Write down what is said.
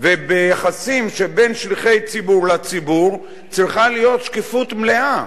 וביחסים שבין שליחי ציבור לציבור צריכה להיות שקיפות מלאה,